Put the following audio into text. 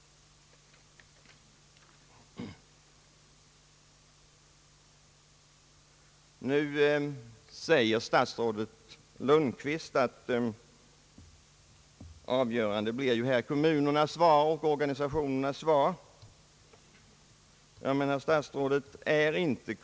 Statsrådet Lundkvist framhåller att kommunernas och organisationernas svar blir avgörande.